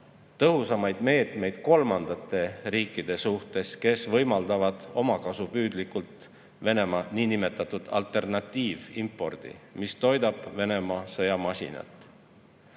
tõhusamaid meetmeid kolmandate riikide suhtes, kes võimaldavad omakasupüüdlikult Venemaa niinimetatud alternatiivimporti, mis toidab Venemaa sõjamasinat.